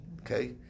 okay